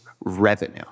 revenue